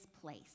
place